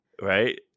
right